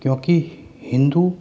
क्योंकि हिन्दू